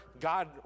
God